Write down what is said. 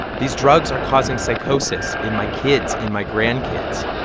these drugs are causing psychosis in my kids, in my grandkids,